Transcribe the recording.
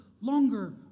longer